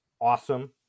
awesome